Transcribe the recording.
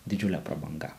didžiulė prabanga